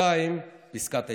2. פסקת ההתגברות.